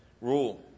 rule